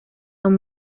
son